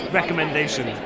recommendation